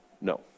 No